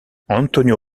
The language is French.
antonio